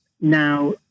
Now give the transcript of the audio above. Now